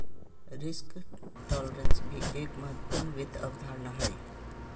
risk tolerance भी एक महत्वपूर्ण वित्त अवधारणा हय